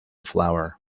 flower